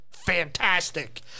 fantastic